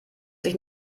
sich